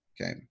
Okay